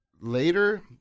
later